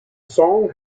song